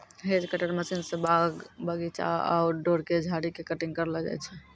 hedge cutter machine स बाग बगीचा, आउटडोर के झाड़ी के कटिंग करलो जाय छै